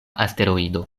asteroido